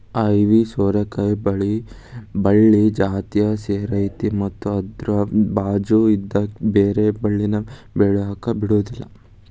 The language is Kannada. ಐವಿ ಸೋರೆಕಾಯಿ ಬಳ್ಳಿ ಜಾತಿಯ ಸೇರೈತಿ ಮತ್ತ ಅದ್ರ ಬಾಚು ಇದ್ದ ಬ್ಯಾರೆ ಬಳ್ಳಿನ ಬೆಳ್ಯಾಕ ಬಿಡುದಿಲ್ಲಾ